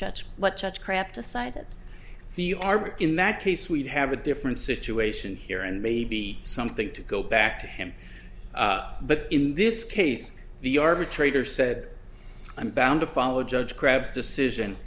jets but such crap decided the yard in that case we'd have a different situation here and maybe something to go back to him but in this case the arbitrator said i'm bound to follow judge crab's decision